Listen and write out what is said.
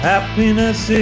Happiness